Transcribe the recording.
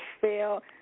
fail